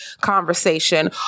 conversation